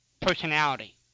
personality